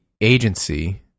agency